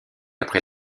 après